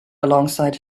alongside